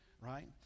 right